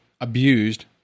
abused